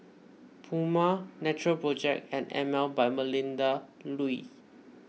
Puma Natural Project and Emel by Melinda Looi